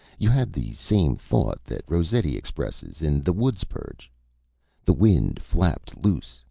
you had the same thought that rossetti expresses in the woodspurge the wind flapped loose,